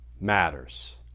matters